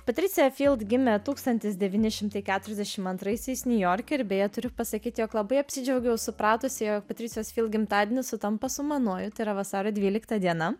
patricija gimė tūkstantis devyni šimtai keturiasdešim antraisiais niujorke ir beje turiu pasakyti jog labai apsidžiaugiau supratusi jog patricijos gimtadienis sutampa su manuoju tai yra vasario dvylikta diena